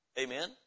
Amen